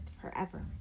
forever